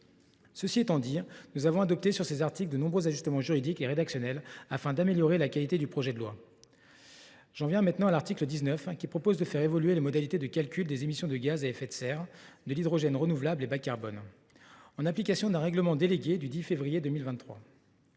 Néanmoins, nous avons adopté sur ces articles de nombreux ajustements juridiques et rédactionnels, afin d’améliorer la qualité du projet de loi. J’en viens à l’article 19, qui prévoit de faire évoluer les modalités de calcul des émissions de gaz à effet de serre (GES), ainsi que de l’hydrogène renouvelable et bas carbone, en application d’un règlement délégué du 10 février 2023.